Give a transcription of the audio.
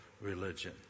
religion